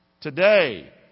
Today